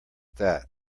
that